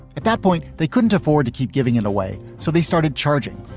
at that point, they couldn't afford to keep giving it away, so they started charging.